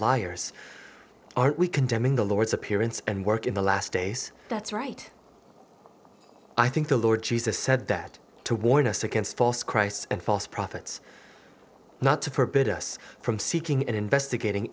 liars aren't we condemning the lord's appearance and work in the last days that's right i think the lord jesus said that to warn us against false christs and false prophets not to forbid us from seeking and investigating